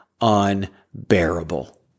unbearable